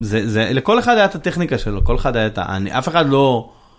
זה לכל אחד את הטכניקה שלו כל אחד היה את.. אני אף אחד לא.